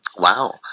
Wow